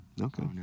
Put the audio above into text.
Okay